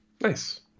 nice